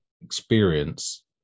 experience